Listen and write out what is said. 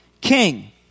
King